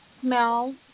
smell